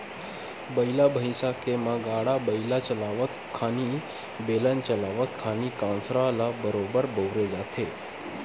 बइला भइसा के म गाड़ा बइला चलावत खानी, बेलन चलावत खानी कांसरा ल बरोबर बउरे जाथे